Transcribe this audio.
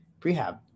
prehab